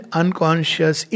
unconscious